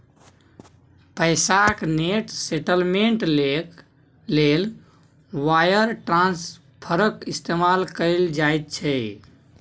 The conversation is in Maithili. पैसाक नेट सेटलमेंट लेल वायर ट्रांस्फरक इस्तेमाल कएल जाइत छै